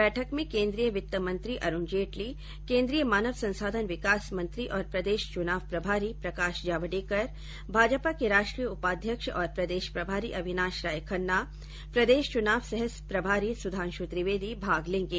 बैठक में केन्द्रीय वित्त मंत्री अरूण जेटली केन्द्रीय मानव संसाधन विकास मंत्री और प्रदेश चुनाव प्रभारी प्रकाश जावड़ेकर भाजपा के राष्ट्रीय उपाध्यक्ष और प्रदेश प्रभारी अविनाश राय खन्ना प्रदेश चुनाव सह प्रभारी सुधांशु त्रिवेदी भाग लेंगे